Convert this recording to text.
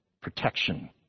protection